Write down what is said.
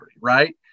right